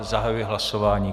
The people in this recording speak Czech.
Zahajuji hlasování.